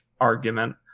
argument